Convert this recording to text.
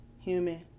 human